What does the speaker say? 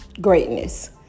greatness